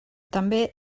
també